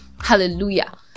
Hallelujah